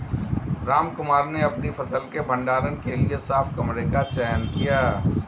रामकुमार ने अपनी फसल के भंडारण के लिए साफ कमरे का चयन किया